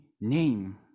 name